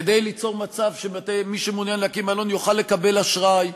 כדי ליצור מצב שמי שמעוניין להקים מלון יוכל לקבל אשראי,